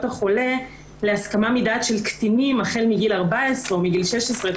החולה לגבי הסכמה מדעת של קטינים החל מגיל 14 או מגיל 16,